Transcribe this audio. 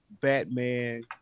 Batman